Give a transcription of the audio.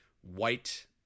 white